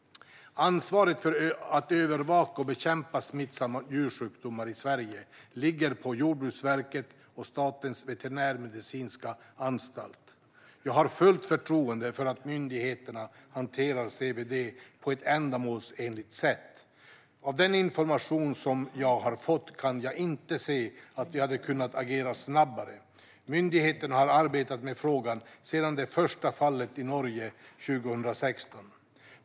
Ansvaret för att övervaka och bekämpa smittsamma djursjukdomar i Sverige ligger på Jordbruksverket och Statens veterinärmedicinska anstalt. Jag har fullt förtroende för att myndigheterna hanterar CWD på ett ändamålsenligt sätt. Av den information som jag har fått kan jag inte se att vi hade kunnat agera snabbare. Myndigheterna har arbetat med frågan sedan det första fallet i Norge 2016.